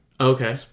Okay